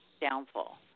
downfall